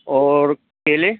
और केले